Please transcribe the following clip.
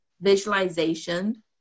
visualization